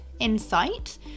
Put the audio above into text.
insight